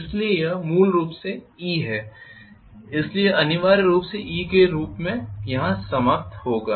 इसलिए यह मूल रूप से e है इसलिए यह अनिवार्य रूप से e के रूप में यहां समाप्त होगा